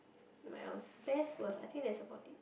mine was best worst I think that's about it